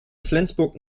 flensburg